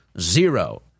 zero